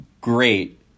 great